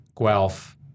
Guelph